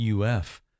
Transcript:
UF